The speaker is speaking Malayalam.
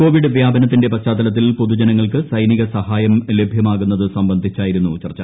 കോവിഡ് വ്യാപനത്തിന്റെ പശ്ചാത്തലത്തിൽ പൊതുജനങ്ങൾക്ക് സൈനിക സഹായം ലഭൃമാകുന്നത് സംബന്ധിച്ചായിരുന്നു ചർച്ച